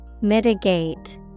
Mitigate